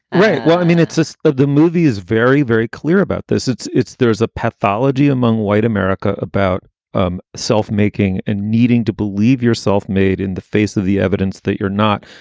right? well, i mean, it's just that the movie is very, very clear about this. it's it's there is a pathology among white america about um self making and needing to believe yourself made in the face of the evidence that you're not.